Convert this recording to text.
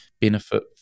benefit